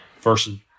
versus